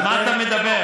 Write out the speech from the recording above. על מה אתה מדבר?